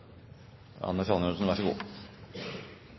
Anders Anundsen